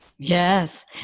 Yes